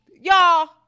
y'all